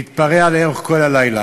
להתפרע לאורך כל הלילה,